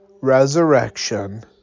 resurrection